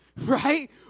right